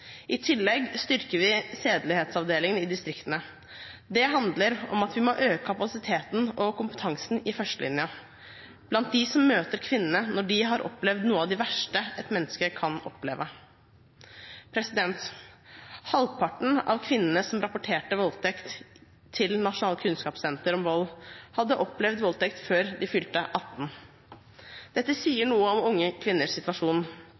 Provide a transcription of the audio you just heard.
I tillegg styrker vi sedelighetsavdelingene i distriktene. Det handler om at vi må øke kapasiteten og kompetansen i førstelinjen blant dem som møter kvinnene når de har opplevd noe av det verste et menneske kan oppleve. Halvparten av kvinnene som rapporterte voldtekt til Nasjonalt kunnskapssenter om vold og traumatisk stress, hadde opplevd voldtekt før de fylte 18 år. Dette sier noe om unge kvinners situasjon.